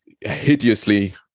hideously